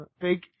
Big